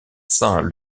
saint